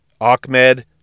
Ahmed